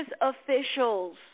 officials